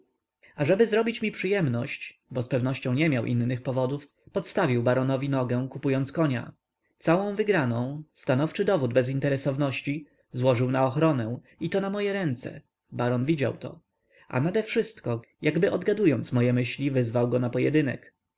ażeby zrobić mi przyjemność bo z pewnością nie miał innych powodów podstawił baronowi nogę kupując konia całą wygraną stanowczy dowód bezinteresowności złożył na ochronę i to na moje ręce baron widział to a nadewszystko jakby odgadując moje myśli wyzwał go na pojedynek